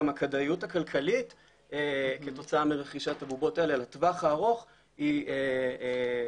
גם הכדאיות הכלכלית כתוצאה מרכישת הבובות האלה לטווח הארוך היא קיימת.